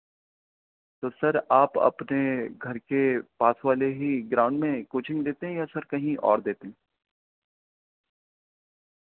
تو سر آپ اپنے گھر کے پاس والے ہی گراؤنڈ میں کوچنگ دیتے ہیں یا سر کہیں اور دیتے ہیں